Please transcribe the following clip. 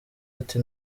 ati